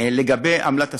לגבי עמלת הסליקה,